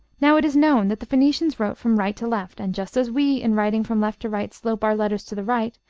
now it is known that the phoenicians wrote from right to left, and just as we in writing from left to right slope our letters to the right,